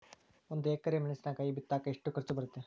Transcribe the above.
ಒಂದು ಎಕರೆ ಮೆಣಸಿನಕಾಯಿ ಬಿತ್ತಾಕ ಎಷ್ಟು ಖರ್ಚು ಬರುತ್ತೆ?